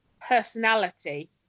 personality